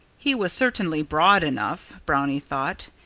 he was certainly broad enough, brownie thought.